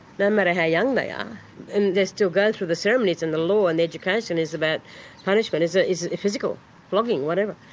no matter how young they are and they still go through the ceremonies and the law and education is about punishment, is ah is a physical flogging, whatever.